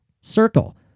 circle